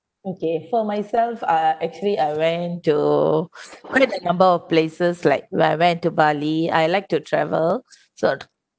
okay for myself uh actually I went to quite a number of places like where I went to bali I like to travel so